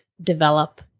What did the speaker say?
develop